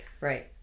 right